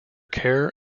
care